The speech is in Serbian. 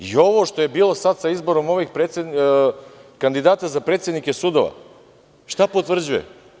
I ovo što je bilo sada sa izborom kandidata za predsednike sudova, šta potvrđuje?